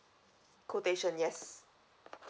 quotation yes